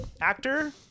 Actor